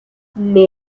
may